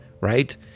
right